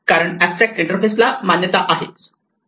कारण abstract interface ला मान्यता आहे